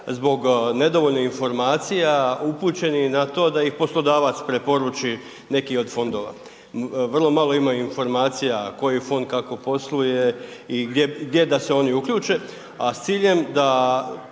zbog nedovoljnih informacija upućeni na to da ih poslodavac preporuči neki od fondova. Vrlo malo ima informacija koji fond kako posluje i gdje da se oni uključe, a s ciljem da,